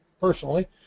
personally